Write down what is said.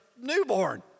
newborn